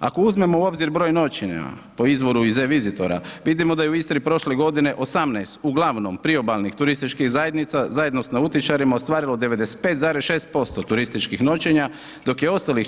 Ako uzmemo u obzir broj noćenja po izvoru iz e-Visitora, vidimo da je u Istri prošle godine 18 uglavnom priobalnih turističkih zajednica zajedno sa nautičarima ostvarilo 95,6% turističkih noćenja dok je ostalih